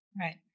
right